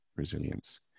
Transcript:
resilience